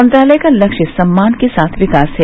मंत्रालय का लक्ष्य सम्मान के साथ विकास है